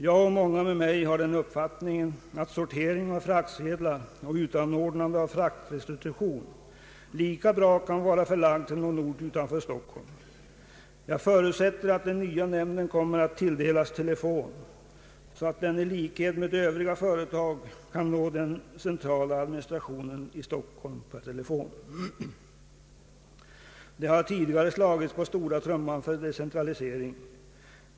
Jag och många med mig har den uppfattningen att sortering av fraktsedlar och utanordnande av fraktrestitution lika bra kan vara förlagd till någon ort utanför Stockholm. Jag förutsätter att den nya nämnden kommer att tilldelas telefon, så att den i likhet med övriga företag kan nå den centrala administrationen i Stockholm per telefon. Det har tidigare slagits på stora trumman för decentralisering.